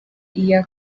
iya